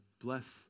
bless